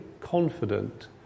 confident